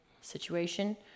situation